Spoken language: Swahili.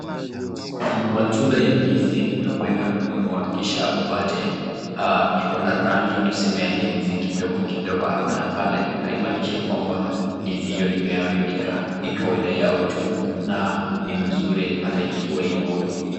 Matunda ya ndizi unapoenda kununua kisha upate iko na rangi tuseme ya nyeusi kidogo kidogo hapa na pale, haimaanishi kwamba ndizi hiyo imeharibika, ni kawaida yao tu na ni mzuri hata ikiwa ivo.